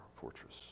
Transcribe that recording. fortress